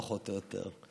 פחות או יותר.